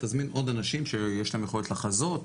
להזמין עוד אנשים שיש להם יכולת לחזות.